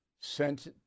sent